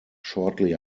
shortly